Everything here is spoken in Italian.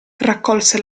raccolse